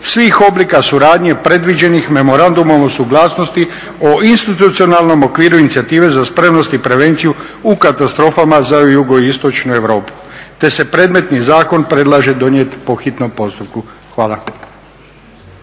svih oblika suradnje predviđenih memorandumom o suglasnosti o institucionalnom okviru inicijative za spremnost i prevenciju u katastrofama za jugoistočnu Europu te se predmetni zakon predlaže donijeti po hitnom postupku. Hvala.